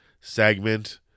segment